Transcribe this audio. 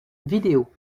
vidéo